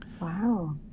Wow